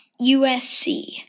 USC